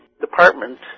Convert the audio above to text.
department